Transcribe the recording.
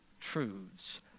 truths